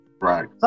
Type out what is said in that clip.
right